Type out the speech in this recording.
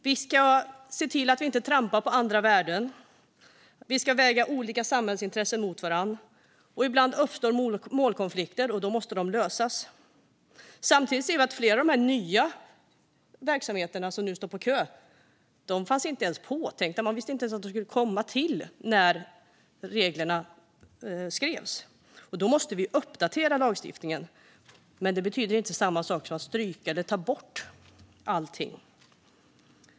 Vi ska se till att vi inte trampar på andra värden. Vi ska väga olika samhällsintressen mot varandra. Ibland uppstår målkonflikter, och då måste de lösas. Samtidigt ser vi att flera av de nya verksamheter som nu står på kö inte ens var påtänkta - man visste inte ens att de skulle komma till - när reglerna skrevs. Därför måste vi uppdatera lagstiftningen, men det betyder inte samma sak som att stryka allting.